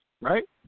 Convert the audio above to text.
right